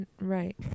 Right